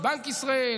של בנק ישראל